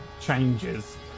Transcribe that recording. changes